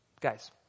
guys